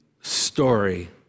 story